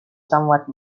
somewhat